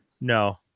no